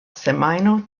semajno